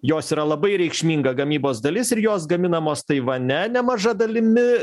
jos yra labai reikšminga gamybos dalis ir jos gaminamos taivane nemaža dalimi